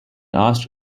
asked